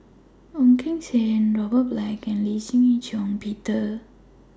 Ong Keng Sen Robert Black and Lee Shih Shiong Peter